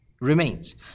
remains